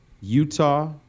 Utah